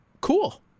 cool